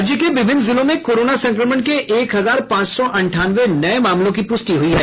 राज्य के विभिन्न जिलों में कोरोना संक्रमण के एक हजार पांच सौ अंठानवे नये मामलों की प्रष्टि हुई है